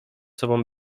sobą